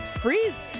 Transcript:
freeze